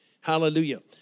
Hallelujah